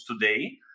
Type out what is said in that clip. today